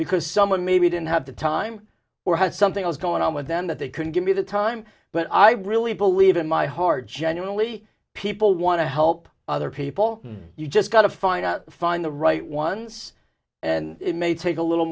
because someone maybe didn't have the time or had something else going on with them that they couldn't give me the time but i really believe in my heart genuinely people want to help other people you just got to find out find the right ones and it may take a little